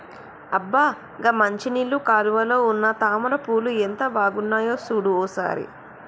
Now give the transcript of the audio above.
అబ్బ గా మంచినీళ్ళ కాలువలో ఉన్న తామర పూలు ఎంత బాగున్నాయో సూడు ఓ సారి